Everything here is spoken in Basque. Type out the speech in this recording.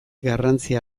garrantzia